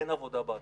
אין עבודה באתר.